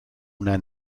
una